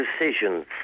decisions